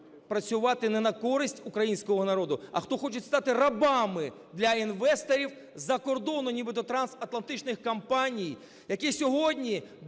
працювати не на користь українського народу, а хто хоче стати рабами для інвесторів з-за кордону, нібито трансатлантичних компаній, які сьогодні